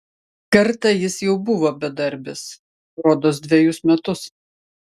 kartą jis jau buvo bedarbis rodos dvejus metus